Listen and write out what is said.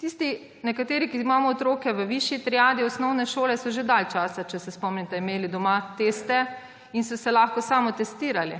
doma. Nekateri, ki imamo otroke v višji triadi osnovne šole, vemo, da so že dalj časa, če se spomnite, imeli doma teste in so se lahko samotestirali.